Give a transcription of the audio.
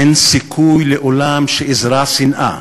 אין סיכוי לעולם שאזרע שנאה,